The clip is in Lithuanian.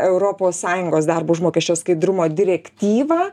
europos sąjungos darbo užmokesčio skaidrumo direktyvą